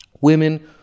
women